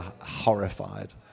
horrified